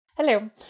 Hello